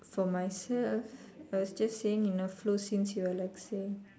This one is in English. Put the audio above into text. for myself I was just saying enough flow since you are like saying